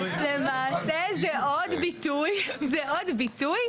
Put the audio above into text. למעשה זה עוד ביטוי, זה עוד ביטוי.